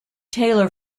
taylor